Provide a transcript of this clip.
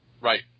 right